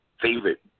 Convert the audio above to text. favorite